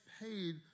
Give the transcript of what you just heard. paid